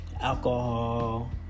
alcohol